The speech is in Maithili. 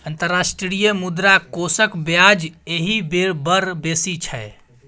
अंतर्राष्ट्रीय मुद्रा कोषक ब्याज एहि बेर बड़ बेसी छै